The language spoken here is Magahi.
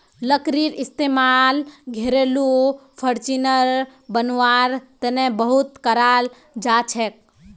लकड़ीर इस्तेमाल घरेलू फर्नीचर बनव्वार तने बहुत कराल जाछेक